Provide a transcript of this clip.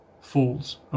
falls